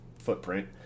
footprint